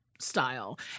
style